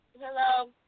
hello